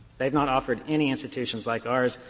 they have not offered any institutions like ours.